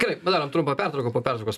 gerai padarom trumpą pertrauką po pertraukos